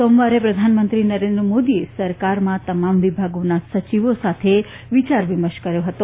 સોમવારે પ્રધાનમંત્રી નરેન્દ્ર મોદીએ સરકારમાં તમામ વિભાગોના સચિવો સાથે વિચાર વિમર્શ કર્યો હતો